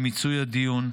במיצוי הדיון,